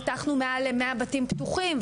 פתחנו מעל ל-100 בתים פתוחים,